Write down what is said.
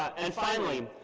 and finally,